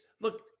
look